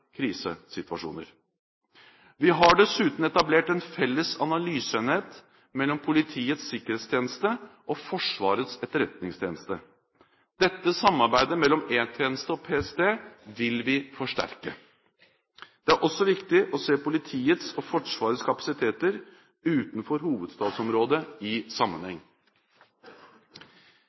Vi har dessuten etablert en felles analyseenhet mellom Politiets sikkerhetstjeneste og Forsvarets etterretningstjeneste. Dette samarbeidet mellom E-tjenesten og PST vil vi forsterke. Det er også viktig å se politiets og Forsvarets kapasitet utenfor hovedstadsområdet i sammenheng.